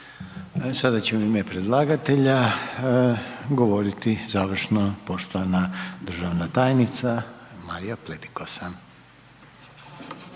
Sada će u ime predlagatelja govoriti završno poštovana državna tajnica Marija Pletikosa.